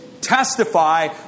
testify